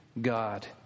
God